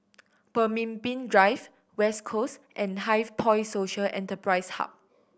Pemimpin Drive West Coast and HighPoint Social Enterprise Hub